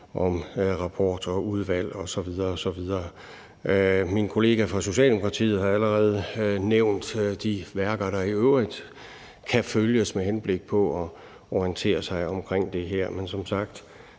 om rapporter og udvalg osv. osv. Min kollega fra Socialdemokratiet har allerede nævnt de værker, der i øvrigt kan følges med henblik på at orientere sig om det her. Som sagt